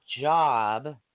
job